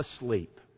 asleep